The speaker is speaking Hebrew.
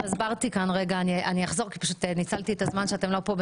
אני אחזור על הדברים כי אתם כאן.